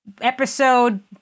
episode